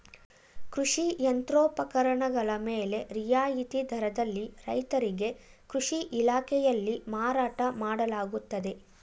ಕೃಷಿ ಯಂತ್ರೋಪಕರಣಗಳ ಮೇಲೆ ರಿಯಾಯಿತಿ ದರದಲ್ಲಿ ರೈತರಿಗೆ ಕೃಷಿ ಇಲಾಖೆಯಲ್ಲಿ ಮಾರಾಟ ಮಾಡಲಾಗುತ್ತದೆ